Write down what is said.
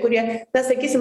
kurie pasakysim